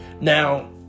now